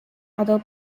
other